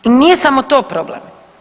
I nije samo to problem.